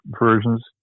versions